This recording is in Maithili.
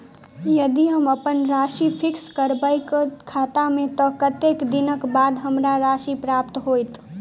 यदि हम अप्पन राशि फिक्स करबै खाता मे तऽ कत्तेक दिनक बाद हमरा राशि प्राप्त होइत?